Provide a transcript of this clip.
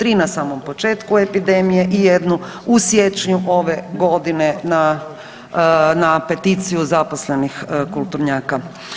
3 na samom početku epidemije i jednu u siječnju ove godine na, na peticiju zaposlenih kulturnjaka.